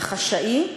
החשאי,